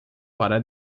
para